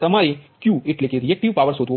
તમારે Q reactive power શોધવો પડશે